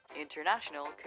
International